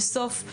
בסוף,